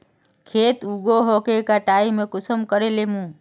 खेत उगोहो के कटाई में कुंसम करे लेमु?